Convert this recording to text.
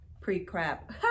pre-crap